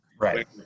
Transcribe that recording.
Right